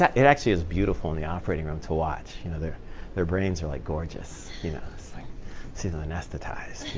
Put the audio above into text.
yeah it actually is beautiful in the operating room to watch. you know their their brains are like gorgeous you know to see them anesthetized.